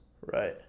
Right